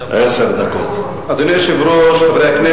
אדוני היושב-ראש, תודה רבה.